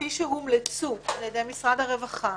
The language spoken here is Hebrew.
כפי שהומלצו על-ידי משרד הרווחה,